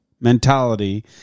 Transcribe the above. mentality